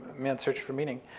man's search for meaning.